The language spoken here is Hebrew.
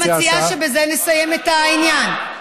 אני מציעה שבזה נסיים את העניין.